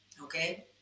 Okay